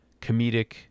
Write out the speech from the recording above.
comedic